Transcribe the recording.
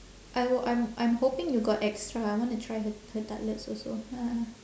I w~ I'm I'm hoping you got extra I wanna try her her tartlets also